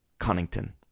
Connington